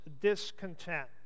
discontent